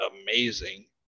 amazing